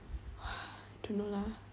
!wah! don't know lah